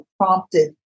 prompted